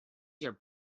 your